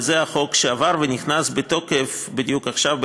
זה החוק שעבר ונכנס לתוקף בדיוק עכשיו,